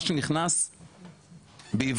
מה שנכנס בעברית,